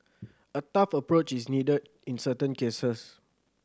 a tough approach is needed in certain cases